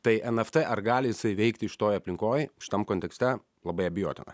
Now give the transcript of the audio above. tai nft ar gali jisai veikti šitoj aplinkoj šitam kontekste labai abejotina